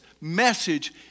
message